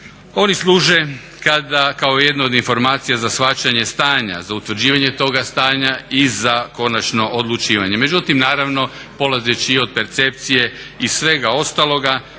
oni služe kada kao jednu od informacija za shvaćanje stanja, za utvrđivanje toga stanja i za konačno odlučivanje. Međutim, naravno polazeći i od percepcije i svega ostaloga